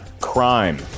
crime